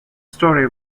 story